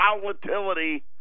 volatility